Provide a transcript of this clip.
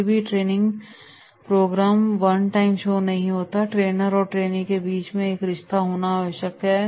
कोई भी training programme one time show नहीं होताट्रेनर और ट्रेनी के बीच एक रिश्ता होना आवश्यक है